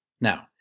Now